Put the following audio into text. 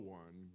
one